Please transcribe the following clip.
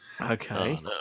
Okay